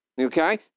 okay